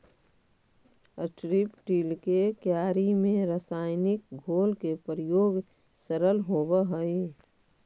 strip till के क्यारि में रसायनिक घोल के प्रयोग सरल होवऽ हई